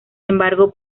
embargo